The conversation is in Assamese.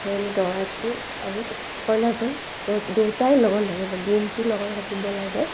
ধৰি লওক দৰাটো আৰু কইনাজন দু দুয়োটাই লঘোণ থাকিব লাগে দিনটো লঘোণে থাকিব লাগে